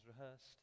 rehearsed